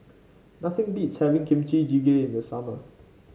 nothing beats having Kimchi Jjigae in the summer